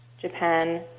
Japan